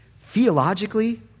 theologically